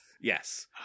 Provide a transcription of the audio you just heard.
Yes